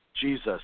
Jesus